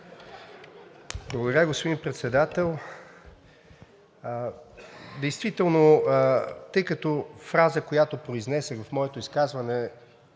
Благодаря, господин Председател. Тъй като фраза, която произнесох в моето изказване,